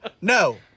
No